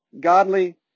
godly